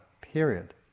period